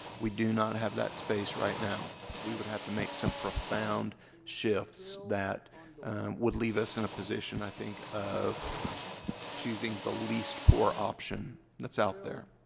we do not have that space right now. we would have to make some profound shifts that would leave us in a position, i think, of choosing the least poor option that's out there.